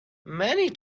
many